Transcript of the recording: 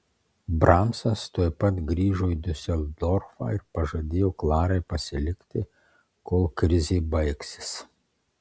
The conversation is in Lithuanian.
bramsas tuoj pat grįžo į diuseldorfą ir pažadėjo klarai pasilikti kol krizė baigsis